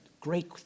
great